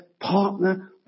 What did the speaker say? partner